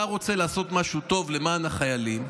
אתה רוצה לעשות משהו טוב למען החיילים,